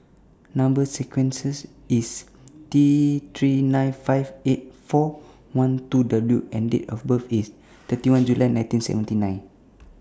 Number sequences IS T three nine five eight four one two W and Date of birth IS thirty one July nineteen seventy nine